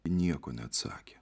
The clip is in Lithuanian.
nieko neatsakė